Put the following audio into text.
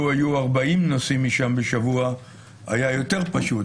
לו היו 40 נוסעים משם בשבוע היה יותר פשוט,